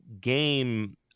game –